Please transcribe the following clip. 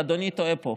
ואדוני טועה פה,